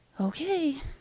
okay